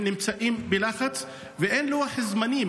הם נמצאים בלחץ ואין לוח זמנים,